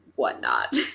whatnot